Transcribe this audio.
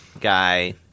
guy